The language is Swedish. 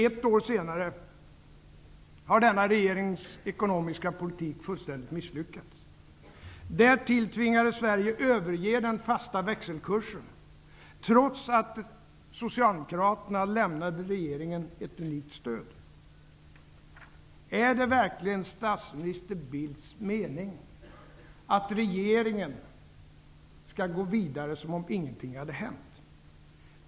Ett år senare har denna regerings ekonomiska politik fullständigt misslyckats. Därtill tvingades Sverige överge den fasta växelkursen trots att socialdemokraterna lämnade regeringen ett rikt stöd. Är det verkligen statsminister Bildts mening att regeringen skall gå vidare som om ingenting hade hänt?